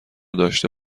داشته